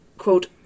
Quote